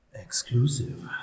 Exclusive